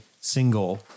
single